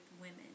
women